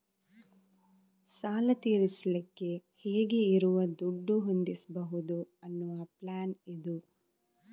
ಸಾಲ ತೀರಿಸಲಿಕ್ಕೆ ಹೇಗೆ ಇರುವ ದುಡ್ಡು ಹೊಂದಿಸ್ಬಹುದು ಅನ್ನುವ ಪ್ಲಾನ್ ಇದು